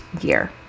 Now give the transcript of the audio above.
year